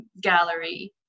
gallery